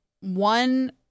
one